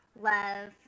love